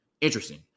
Interesting